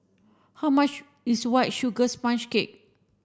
how much is white sugar sponge cake